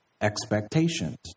expectations